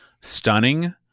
stunning